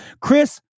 Chris